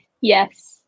Yes